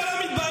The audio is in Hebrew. אתה לא מתבייש?